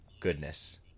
goodness